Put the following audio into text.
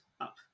up